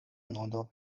nodo